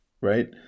right